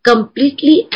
completely